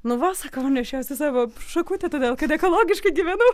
nu va sakau nešiojuosi savo šakutę todėl kad ekologiškai gyvenu